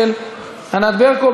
של ענת ברקו.